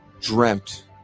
dreamt